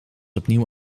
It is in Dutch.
opnieuw